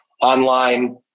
online